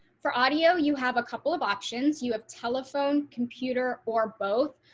for audio. you have a couple of options you have telephone computer, or both.